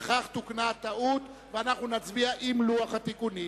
בכך תוקנה הטעות, ואנחנו נצביע עם לוח התיקונים.